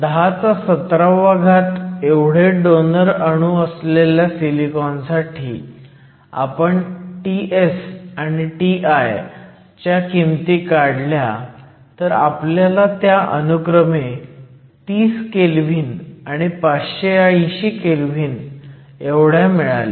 10चा 17वा घात एवढे डोनर अणू असलेल्या सिलिकॉन साठी आपण Ts आणि Ti च्या किमती काढल्या तर आपल्याला त्या अनुक्रमे 30 केल्व्हीन आणि 580 केल्व्हीन एवढ्या मिळाल्या